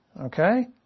Okay